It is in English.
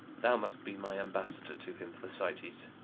thou must be my ambassador to him, thersites.